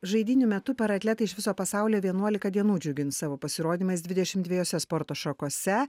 žaidynių metu paratletai iš viso pasaulio vienuolika dienų džiugins savo pasirodymais dvidešim dviejose sporto šakose